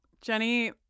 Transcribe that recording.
Jenny